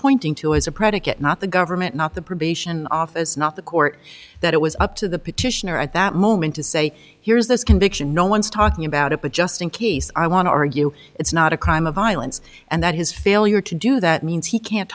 pointing to as a predicate not the government not the probation office not the court that it was up to the petitioner at that moment to say here's this conviction no one's talking about it but just in case i want to argue it's not a crime of violence and that his failure to do that means he can't